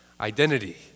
identity